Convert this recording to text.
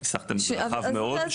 ניסחתם את זה רחב מאוד.